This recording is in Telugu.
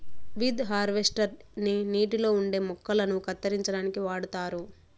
వీద్ హార్వేస్టర్ ని నీటిలో ఉండే మొక్కలను కత్తిరించడానికి వాడుతారు